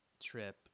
trip